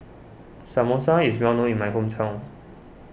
Samosa is well known in my hometown